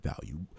value